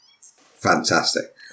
Fantastic